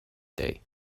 day